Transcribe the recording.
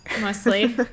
mostly